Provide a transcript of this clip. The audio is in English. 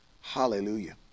Hallelujah